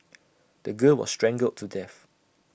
the girl was strangled to death